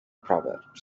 proverbs